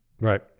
Right